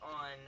on